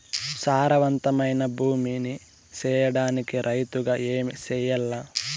సారవంతమైన భూమి నీ సేయడానికి రైతుగా ఏమి చెయల్ల?